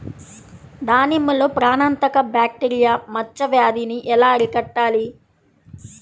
దానిమ్మలో ప్రాణాంతక బ్యాక్టీరియా మచ్చ వ్యాధినీ ఎలా అరికట్టాలి?